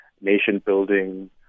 nation-building